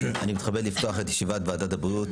אני מתכבד לפתוח את ישיבת ועדת הבריאות